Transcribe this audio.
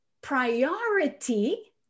priority